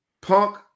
punk